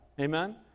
amen